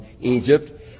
Egypt